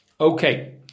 Okay